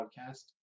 podcast